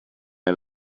and